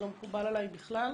זה לא מקובל עלי בכלל.